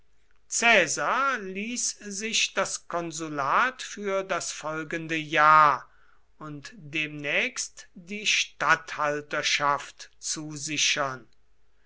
ließ sich das konsulat für das folgende jahr und demnächst die statthalterschaft zusichern